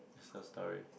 Insta story